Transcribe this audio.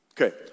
Okay